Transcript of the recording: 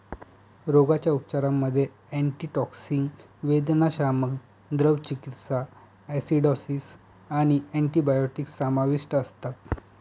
रोगाच्या उपचारांमध्ये अँटीटॉक्सिन, वेदनाशामक, द्रव चिकित्सा, ॲसिडॉसिस आणि अँटिबायोटिक्स समाविष्ट असतात